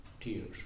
tears